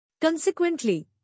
Consequently